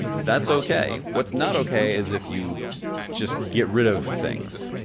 that's okay. what's not okay is if you just get rid of things.